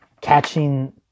catching